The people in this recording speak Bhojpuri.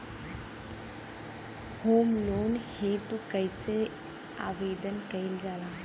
होम लोन हेतु कइसे आवेदन कइल जाला?